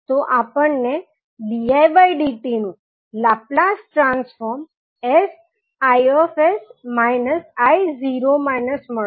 તો આપણને didt નું લાપ્લાસ ટ્રાન્સફોર્મ sIs i મળશે